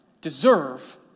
deserve